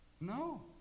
No